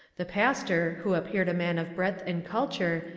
the pastor, who appeared a man of breadth and culture,